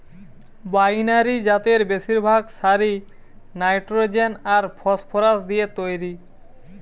binary জাতের বেশিরভাগ সারই নাইট্রোজেন আর ফসফরাস দিয়ে তইরি